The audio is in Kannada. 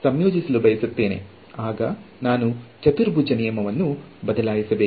ಸಿಂಪ್ಸನ್ನ ನಿಯಮದಿಂದ ನಾವು ಚತುರ್ಭುಜ ನಿಯಮವನ್ನು ಮಾಡಬಹುದಿತ್ತು